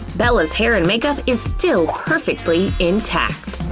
bella's hair and makeup is still perfectly in tact!